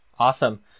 Awesome